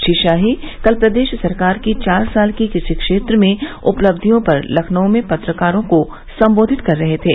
श्री शाही कल प्रदेश सरकार की चार साल की कृषि क्षेत्र में उपलब्धियों पर लखनऊ में पत्रकारों को संबोधित कर रहे थे